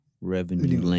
revenue